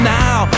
now